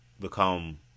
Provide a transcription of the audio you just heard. become